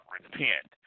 repent